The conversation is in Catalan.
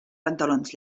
pantalons